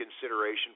consideration